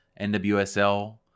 NWSL